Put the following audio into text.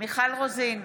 מיכל רוזין,